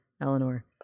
Eleanor